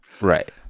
Right